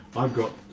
i've got